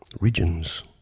Regions